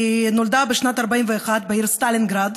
היא נולדה בשנת 1941 בעיר סטלינגרד,